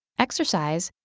exercise,